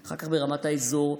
אחר כך ברמת האזור,